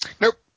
Nope